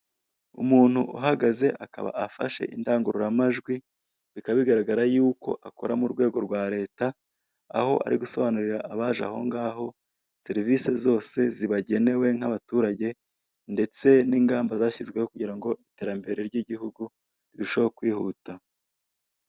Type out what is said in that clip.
Umuntu uhagaze, akaba afashe indangururamajwi, bikaba bigaragara y'uko akora mu rwego rwa leta, aho ari gusobanurira abaje ahongaho, serivise zose zibagenewe nk'abaturage, ndetse n'ingamba zashyizweho kugira ngo iterambere ry'igihugu rirusheho kwihuta.